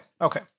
okay